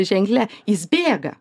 ženkle jis bėga